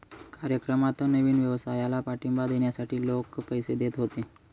कार्यक्रमात नवीन व्यवसायाला पाठिंबा देण्यासाठी लोक पैसे देत होते